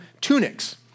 tunics